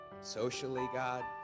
socially—God